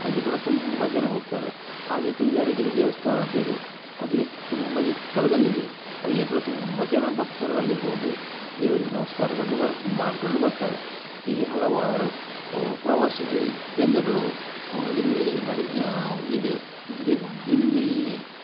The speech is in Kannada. ಅಲ್ಲಿ ಕೂಡ ತುಂಬ ಜನ ಹೋಗ್ತಾರೆ ಹಾಗೆ ಕುಂಜಾರು ಗಿರಿ ದೇವಸ್ಥಾನ ಅಂತ ಇದೆ ಅದು ಎತ್ ತುಂಬ ಎತ್ತರದಲ್ಲಿದೆ ಅಲ್ಲಿ ಕೂಡ ತುಂಬ ಜನ ಭಕ್ತರು ಅಲ್ಲಿ ಹೋಗಿ ದೇವರಿಗೆ ನಮಸ್ಕಾರಗೊಂಡು ಬ ಮಾಡಿಕೊಂಡು ಬರ್ತಾರೆ ಹೀಗೆ ಹಲವಾರು ಪ್ರವಾಸಿ ಕೇಂದ್ರಗಳು ಇಲ್ಲಿ ನಡೆ ಇದೆ ಇನ್ನು